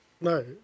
no